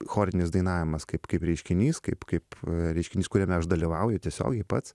chorinis dainavimas kaip kaip reiškinys kaip kaip reiškinys kuriame aš dalyvauju tiesiogiai pats